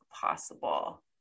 possible